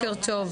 בוקר טוב,